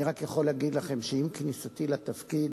אני רק יכול להגיד לכם שעם כניסתי לתפקיד